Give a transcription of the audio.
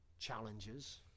challenges